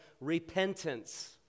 repentance